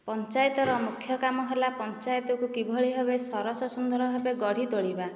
ପଞ୍ଚାୟତର ମୁଖ୍ୟ କାମ ହେଲା ପଞ୍ଚାୟତକୁ କିଭଳି ଭାବେ ସରସ ସୁନ୍ଦର ଭାବେ ଗଢ଼ି ତୋଳିବା